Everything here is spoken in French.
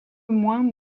moins